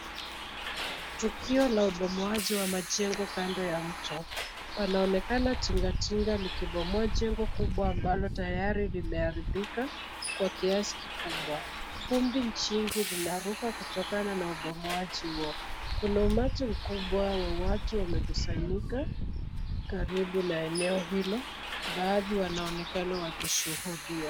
Tukio la ubomoaji wa majengo kando ya mto. Panaonekana tinga tinga likibomoa jengo kubwa ambalo tayari limeharibika kwa kiasi kikubwa. Vumbi jingi linaruka kutokana na ubomoaji huo. Kuna umati mkubwa wa watu wamekusanyika karibu na eneo hilo. Baadhi wanaonekana wakishuhudia.